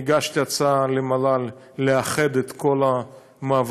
הגשתי הצעה למל"ל לאחד את כל המעברים,